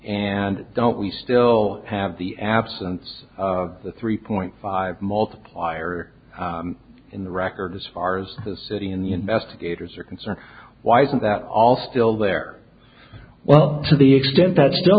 and don't we still have the absence of the three point five multiplier in the record as far as the city and the investigators are concerned why isn't that all still there well to the extent that still